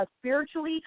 spiritually